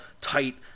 tight